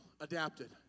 adapted